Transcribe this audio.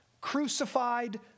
crucified